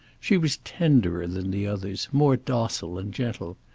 she was tenderer than the others, more docile and gentle.